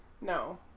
No